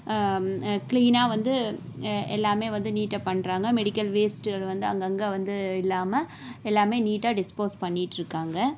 க்ளீனாக வந்து எல்லாமே வந்து நீட்டாக பண்ணுறாங்க மெடிக்கல் வேஸ்ட்டுகள் வந்து அங்கங்கே வந்து இல்லாமல் எல்லாமே நீட்டாக டிஸ்போஸ் பண்ணிகிட்டு இருக்காங்க